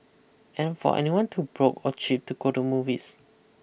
and for anyone too broke or cheap to go to movies